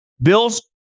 Bills